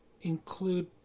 include